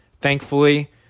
Thankfully